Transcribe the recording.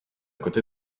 côté